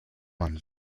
man